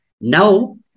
Now